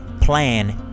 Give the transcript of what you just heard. plan